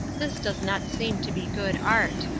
this does not seem to be good art.